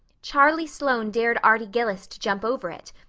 charlie sloane dared arty gillis to jump over it,